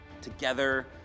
together